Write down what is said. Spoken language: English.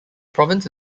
province